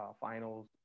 finals